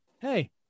Hey